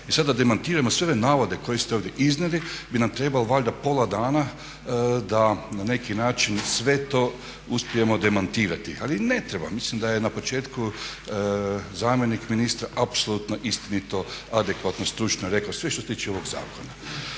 I sad da demantiramo sve ove navode koje ste ovdje iznijeli bi nam trebalo valjda pola dana da na neki način sve to uspijemo demantirati. Ali ne treba. Mislim da je na početku zamjenik ministra apsolutno istinito adekvatno stručno rekao sve što se tiče ovog zakona.